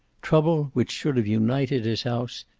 trouble which should have united his house,